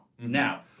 Now